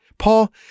Paul